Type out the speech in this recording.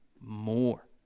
more